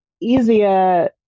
easier